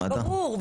ברור.